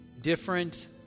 different